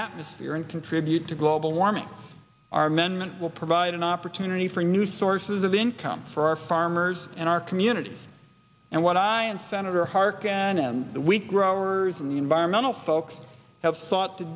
atmosphere and contribute to global warming our amendment will provide an opportunity for new sources of income for our farmers and our communities and what i and senator harkin and the wheat growers and the environmental folks have sought to